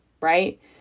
Right